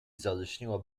zalśniła